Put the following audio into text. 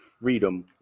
freedom